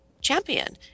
champion